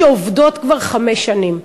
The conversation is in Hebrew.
שעובדות כבר חמש שנים,